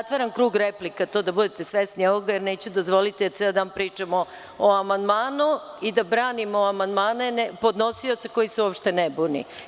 Zatvaram krug replika, to da budete svesni, jer neću dozvoliti da ceo dan pričamo o amandmanu i da branimo amandmane, a ne podnosioca koji se uopšte ne buni.